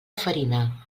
farina